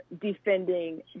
defending